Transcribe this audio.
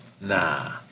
nah